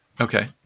Okay